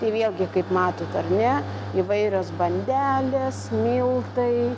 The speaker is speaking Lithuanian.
ir vėlgi kaip matot ar ne įvairios bandelės miltai